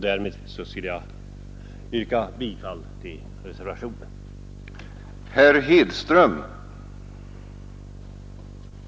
Därmed vill jag yrka bifall till reservationen 2.